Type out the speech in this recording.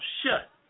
shut